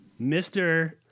Mr